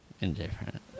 Indifferent